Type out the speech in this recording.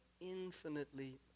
infinitely